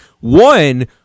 One